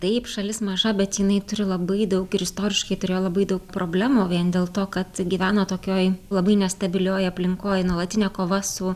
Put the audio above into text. taip šalis maža bet jinai turi labai daug ir istoriškai turėjo labai daug problemų vien dėl to kad gyvena tokioj labai nestabilioj aplinkoj nuolatinė kova su